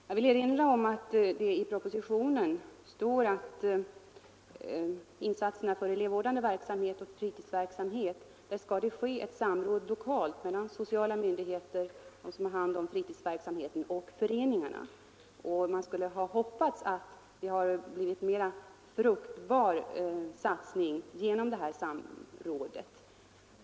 Jag vill erinra om att det i propositionen står att vad beträffar insatserna för elevvårdande verksamhet och fritidsverksamhet skall det ske ett samråd lokalt mellan sociala myndigheter, de myndigheter som har hand om fritidsverksamheten och föreningarna. Man hade hoppats att det skulle ha blivit en mera fruktbar satsning genom det samrådet.